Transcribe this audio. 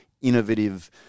innovative